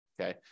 Okay